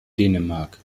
dänemark